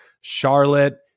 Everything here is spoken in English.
Charlotte